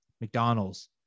McDonald's